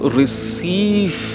receive